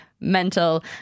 Mental